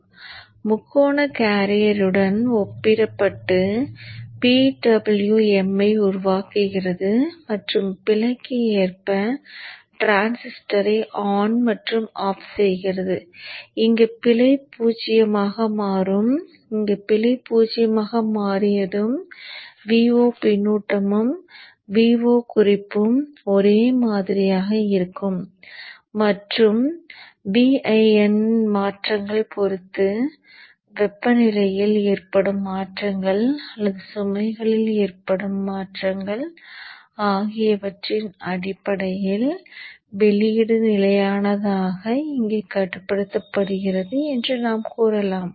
இது முக்கோண கேரியருடன் ஒப்பிடப்பட்டு PWM ஐ உருவாக்குகிறது மற்றும் பிழைக்கு ஏற்ப டிரான்சிஸ்டரை ஆன் மற்றும் ஆஃப் செய்கிறது இங்கு பிழை பூஜ்ஜியமாக மாறும் இங்கு பிழை பூஜ்ஜியமாக மாறியதும் Vo பின்னூட்டமும் Vo குறிப்பும் ஒரே மாதிரியாக இருக்கும் மற்றும் Vin மாற்றங்கள் பொருத்து வெப்பநிலையில் ஏற்படும் மாற்றங்கள் அல்லது சுமைகளில் ஏற்படும் மாற்றங்கள் ஆகியவற்றின் அடிப்படையில் வெளியீடு நிலையானதாக இங்கே கட்டுப்படுத்தப்படுகிறது என்று நாம் கூறலாம்